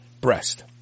breast